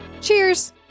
cheers